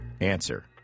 Answer